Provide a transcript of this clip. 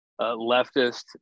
leftist